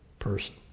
person